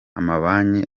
amabanki